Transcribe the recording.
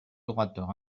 orateurs